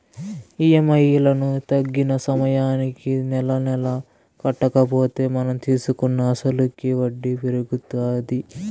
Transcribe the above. EMI లను తగిన సమయానికి నెలనెలా కట్టకపోతే మనం తీసుకున్న అసలుకి వడ్డీ పెరుగుతాది